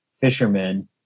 fishermen